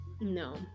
no